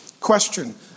Question